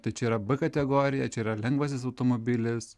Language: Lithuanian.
tai čia yra b kategorija čia yra lengvasis automobilis